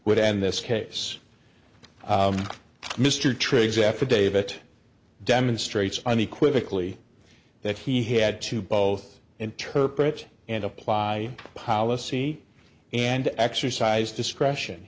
would end this case mr triggs affidavit demonstrates unequivocally that he had to both interpret and apply policy and exercise discretion